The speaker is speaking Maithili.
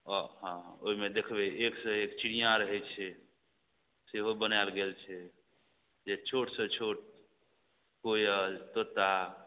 हँ हँ ओइमे देखबय एकसँ एक चिड़ियाँ रहय छै सेहो बनायल गेल छै जे छोट सँ छोट कोयल तोता